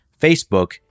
Facebook